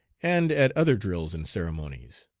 and at other drills and ceremonies.